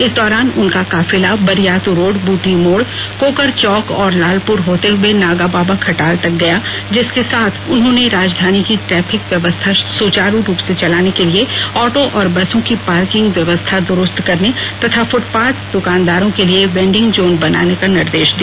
इस दौरान उनका काफिला बरियात् रोड बुटी मोड़ कोकर चौक और लालपुर होते हुए नागाबाबा खटाल तक गया जिसके साथ उन्होंने राजधानी की ट्रैफिक व्यवस्था सुचारू रूप से चलाने के लिए ऑटो और बसों की पार्किंग व्यवस्था द्रूस्त करने तथा फूटपात द्वकानदारों के लिए वेडिंग जोन बनाने का निर्देश दिया